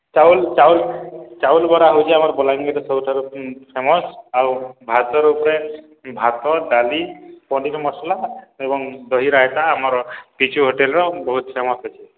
ଚାଉଲ୍ ଚାଉଲ୍ ଚାଉଲ୍ ବରା ହଉଛେ ଆମର୍ ବଲାଙ୍ଗୀର ସବୁଠାରୁ ଫେମସ୍ ଆଉ ଭାତର୍ ଉପ୍ରେ ଭାତ୍ ଡାଲି ପନିର୍ ମସ୍ଲା ଏବଂ ଦହି ରାଇତା ଆମର୍ ପିଚୁ ହୋଟେଲ୍ର ବହୁତ୍ ଫେମସ୍ ଅଛେ